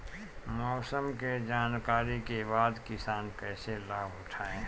मौसम के जानकरी के बाद किसान कैसे लाभ उठाएं?